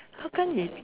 how come is